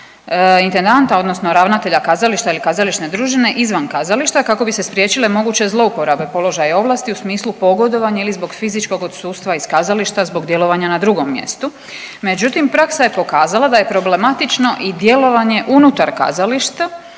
intendanta odnosno ravnatelja kazališta ili kazališne družine izvan kazališta kako bi se spriječile moguće zlouporabe položaja i ovlasti u smislu pogodovanja ili zbog fizičkog odsustva iz kazališta zbog djelovanja na drugom mjestu, međutim, praksa je pokazala da je problematično i djelovanje unutar kazališta